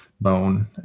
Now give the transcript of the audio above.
bone